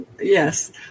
Yes